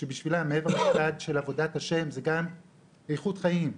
שבשבילם מעבר לעבודת השם זה גם איכות חיים,